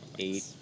eight